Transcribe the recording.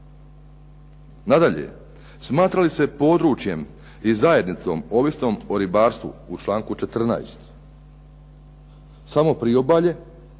Nadalje, smatra li se područjem i zajednicom ovisnom o ribarstvu u članku 14. samo priobalje